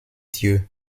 dieu